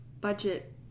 budget